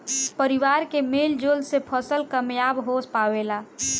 परिवार के मेल जोल से फसल कामयाब हो पावेला